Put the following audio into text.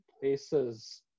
places